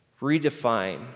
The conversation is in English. redefine